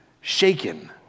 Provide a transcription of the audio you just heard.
shaken